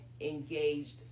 engaged